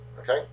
okay